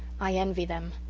i envy them.